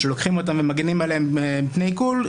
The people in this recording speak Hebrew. שלוקחים אותם ומגנים עליהם מפני עיקול,